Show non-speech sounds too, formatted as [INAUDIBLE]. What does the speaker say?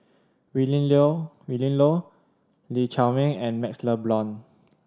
Willin [UNINTELLIGIBLE] Willin Low Lee Chiaw Meng and MaxLe Blond